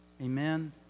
Amen